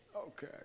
Okay